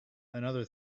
another